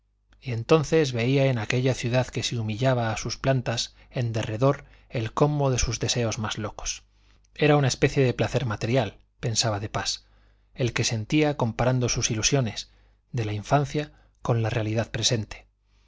entonces veía en aquella ciudad que se humillaba a sus plantas en derredor el colmo de sus deseos más locos era una especie de placer material pensaba de pas el que sentía comparando sus ilusiones de la infancia con la realidad presente